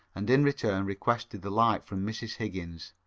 and in return requested the like from mrs. higgins.